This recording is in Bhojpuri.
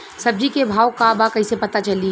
सब्जी के भाव का बा कैसे पता चली?